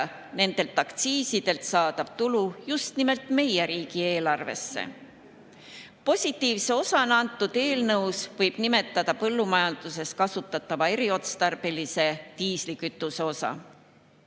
nendelt aktsiisidelt saadav tulu just nimelt meie riigieelarvesse. Positiivsena selles eelnõus võib nimetada põllumajanduses kasutatava eriotstarbelise diislikütuse osa.